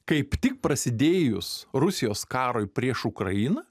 kaip tik prasidėjus rusijos karui prieš ukrainą